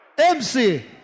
MC